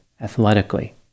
athletically